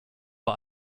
vor